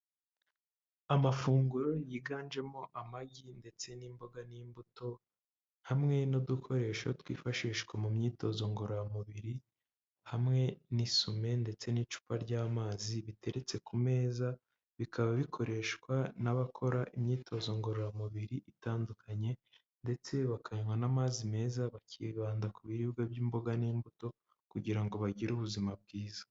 amafunguro yiganjemo amagi ndetse n'imboga n'imbuto hamwe n'udukoresho twifashishwa mu myitozo ngororamubiri hamwe n'isume ndetse n'icupa ry'amazi biteretse ku meza bikaba bikoreshwa n'abakora imyitozo ngororamubiri itandukanye ndetse bakanywa n'amazi meza bakibanda ku biribwa by'imboga n'imbuto kugira ngo bagire ubuzima bwiza